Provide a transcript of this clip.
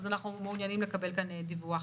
אז אנחנו מעוניינים לקבל פה דיווח.